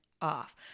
off